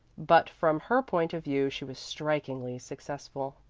but from her point of view she was strikingly successful.